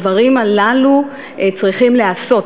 הדברים הללו צריכים להיעשות,